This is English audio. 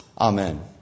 Amen